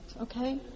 okay